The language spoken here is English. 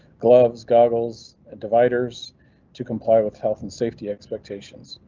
gloves, goggles and dividers to comply with health and safety expectations.